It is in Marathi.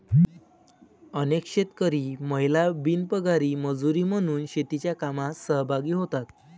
अनेक शेतकरी महिला बिनपगारी मजुरी म्हणून शेतीच्या कामात सहभागी होतात